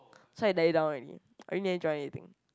so I die down already I didn't join anything